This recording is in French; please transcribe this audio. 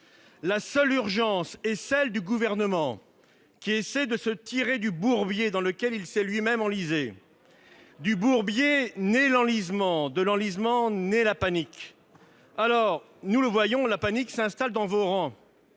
La seule urgence est celle du Gouvernement, qui essaie de se tirer du bourbier dans lequel il s'est lui-même enlisé. Du bourbier naît l'enlisement, de l'enlisement naît la panique ... Car, nous le voyons, la panique s'installe dans vos rangs.